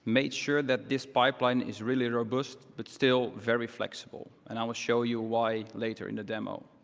made sure that this pipeline is really robust but still very flexible. and i will show you why later in the demo.